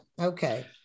Okay